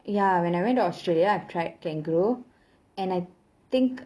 ya when I went to australia I've tried kangaroo and I think